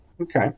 Okay